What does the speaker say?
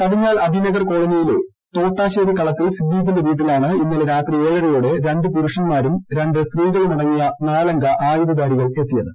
തവിഞ്ഞാൽ അഭിനഗർ കോളനിയിലെ തോട്ടാശേരി കളത്തിൽ സിദ്ദീഖിന്റെ വീട്ടിലാണ് ഇന്നലെ രാത്രി ഏഴരയോടെ രണ്ട് പുരുഷൻമാരും രണ്ട് സ്ത്രീകളുമടങ്ങിയ നാലംഗ ആയുധധാരികളെത്തിയത്